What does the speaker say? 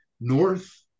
North